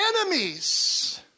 enemies